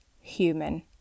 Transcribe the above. human